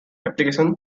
application